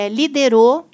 liderou